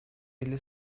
bile